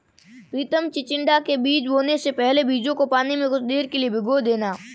प्रितम चिचिण्डा के बीज बोने से पहले बीजों को पानी में कुछ देर के लिए भिगो देना